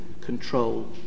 control